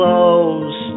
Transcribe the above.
Close